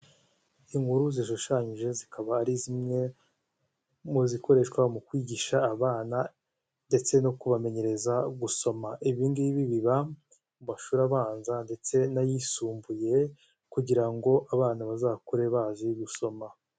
Inkuru zishushanyije zikaba ari zimwe ,mu zikoreshwa mu kwigisha abana ndetse no kubamenyereza gusoma, ibingibi biba mu mashuri abanza ndetse n'ayisumbuye, kugira ngo abana bazakure bazi gusoma.